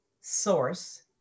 source